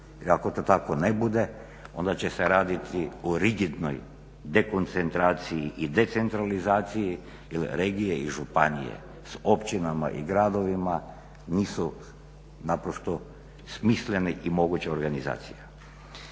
ako to tako ne bude onda će se raditi o rigidnoj dekoncentraciji i decentralizaciji jer regije i županije sa općinama i gradovima nisu naprosto smislene i moguća organizacija.